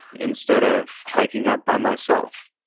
instead of hiking up by myself.